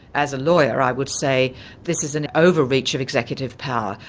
as a lawyer i would say this is an over-reach of executive power.